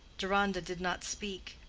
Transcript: deronda did not speak.